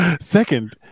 second